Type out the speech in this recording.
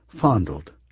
fondled